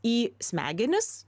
į smegenis